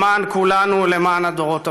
למען כולנו ולמען הדורות הבאים.